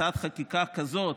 הצעת חקיקה כזאת,